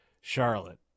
Charlotte